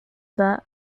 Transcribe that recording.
that